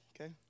Okay